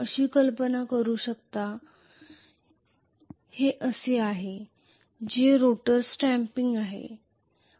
आपण कल्पना करू शकता हे असे आहे जे रोटर स्टॅम्पिंग्स आहे